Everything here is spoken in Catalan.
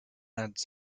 ens